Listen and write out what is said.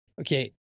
Okay